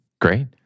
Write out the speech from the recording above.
Great